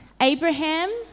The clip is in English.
Abraham